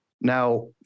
Now